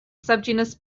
subgenus